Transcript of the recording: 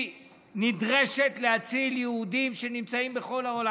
היא נדרשת להציל יהודים שנמצאים בכל העולם.